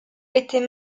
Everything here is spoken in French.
était